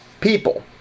people